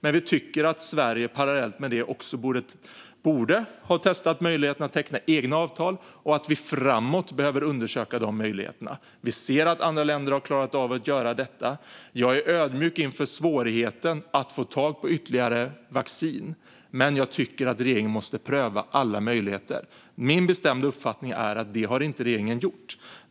Men vi tycker att Sverige parallellt med det också borde ha testat möjligheten att teckna egna avtal och också framåt behöver undersöka dessa möjligheter. Vi ser att andra länder har klarat av att göra detta. Jag är ödmjuk inför svårigheten att få tag på ytterligare vaccin. Men jag tycker att regeringen måste pröva alla möjligheter. Min bestämda uppfattning är att regeringen inte har gjort det.